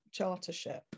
chartership